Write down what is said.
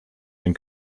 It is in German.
den